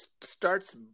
starts